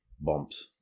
Bumps